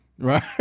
Right